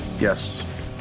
Yes